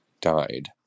died